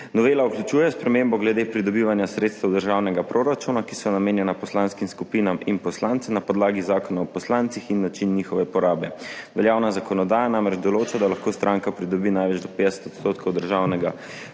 Novela vključuje spremembo glede pridobivanja sredstev državnega proračuna, ki so namenjena poslanskim skupinam in poslancem na podlagi Zakona o poslancih, in način njihove porabe. Veljavna zakonodaja namreč določa, da lahko stranka pridobi največ do 50 % državnega proračuna,